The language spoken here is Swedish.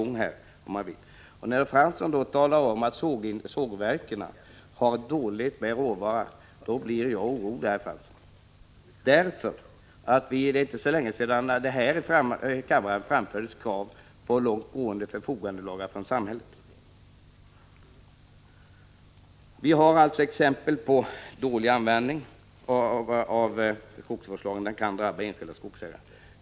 När sedan Jan Fransson talar om att sågverken har dåligt med råvara blir jag orolig. Det är inte så länge sedan det här i kammaren framfördes krav på långtgående förfogandelagar från samhället. Vi har alltså exempel på dålig användning av skogsvårdslagen. Den kan drabba enskilda skogsägare.